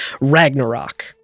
Ragnarok